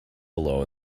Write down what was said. below